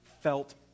felt